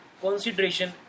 consideration